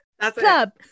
club